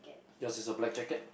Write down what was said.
yours is a black jacket